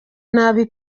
nabi